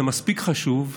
זה מספיק חשוב,